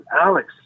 Alex